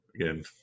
Again